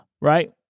right